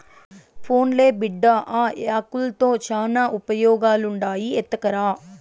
పోన్లే బిడ్డా, ఆ యాకుల్తో శానా ఉపయోగాలుండాయి ఎత్తకరా